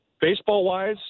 Baseball-wise